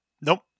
Nope